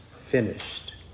finished